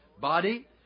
body